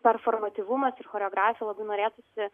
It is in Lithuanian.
performatyvumas ir choreografija labai norėtųsi